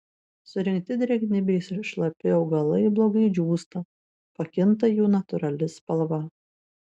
surinkti drėgni bei šlapi augalai blogai džiūsta pakinta jų natūrali spalva